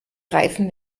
reifen